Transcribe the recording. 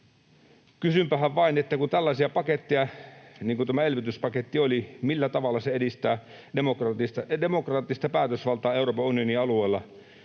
Kysynpähän vain, että kun tehdään tällaisia paketteja niin kuin tämä elvytyspaketti oli, millä tavalla se edistää demokraattista päätösvaltaa Euroopan unionin alueella.